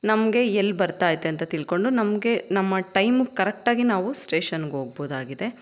ನಮಗೆ ಎಲ್ಲಿ ಬರ್ತಾ ಐತೆ ಅಂತ ತಿಳ್ಕೊಂಡು ನಮಗೆ ನಮ್ಮ ಟೈಮ್ಗೆ ಕರೆಕ್ಟಾಗಿ ನಾವು ಸ್ಟೇಷನ್ಗೆ ಹೋಗ್ಬೋದಾಗಿದೆ